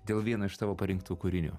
dėl vieno iš tavo parinktų kūrinių